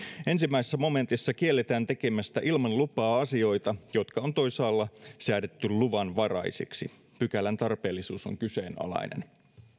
ensimmäisessä momentissa kielletään tekemästä ilman lupaa asioita jotka on toisaalla säädetty luvanvaraisiksi pykälän tarpeellisuus on kyseenalainen